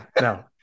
no